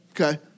Okay